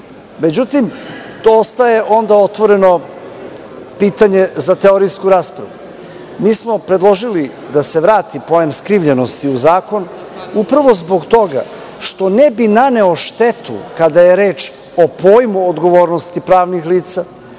To ostaje onda otvoreno pitanje za teorijsku raspravu. Predložili smo da se vrati pojam skrivljenosti u Zakon zbog toga što ne bi naneo štetu kada je reč o pojmu odgovornosti pravnih lica,